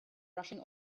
rushing